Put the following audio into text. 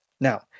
Now